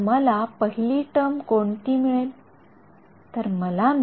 तर मला पहिली टर्म कोणती मिळेल